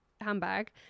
handbag